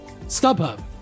StubHub